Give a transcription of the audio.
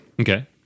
Okay